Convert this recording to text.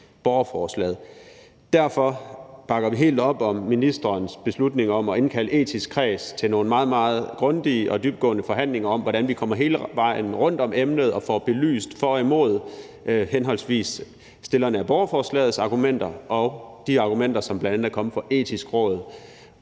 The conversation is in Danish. Derfor bakker vi helt op om ministerens beslutning om at indkalde den etiske kreds til nogle meget, meget grundige og dybtgående forhandlinger om, hvordan vi kommer hele vejen rundt om emnet og får belyst for og imod henholdsvis stillerne af borgerforslagets argumenter og de argumenter, som bl.a. er kommet fra Det Etiske Råd.